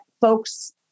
folks